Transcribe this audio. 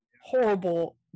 horrible